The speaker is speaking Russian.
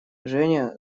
женя